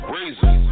Razor